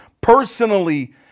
personally